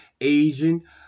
Asian